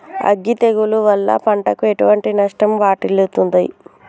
అగ్గి తెగులు వల్ల పంటకు ఎటువంటి నష్టం వాటిల్లుతది?